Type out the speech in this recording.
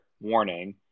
warning